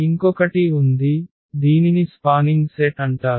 ఇంకొకటి ఉంది దీనిని స్పానింగ్ సెట్ అంటారు